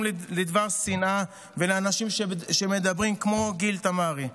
לדבר שנאה ולאנשים שמדברים כמו גיל תמרי.